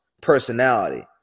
personality